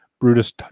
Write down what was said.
Brutus